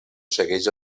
segueix